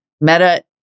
Meta